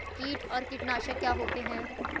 कीट और कीटनाशक क्या होते हैं?